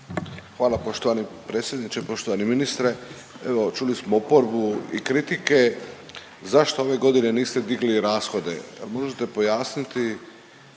Hvala poštovani predsjedniče. Poštovani ministre. Evo čuli smo oporbu i kritike zato ove godine niste digli rashode, možete pojasniti